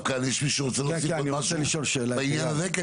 כאן יש מישהו שרוצה להוסיף עוד משהו בעניין הזה?